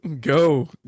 Go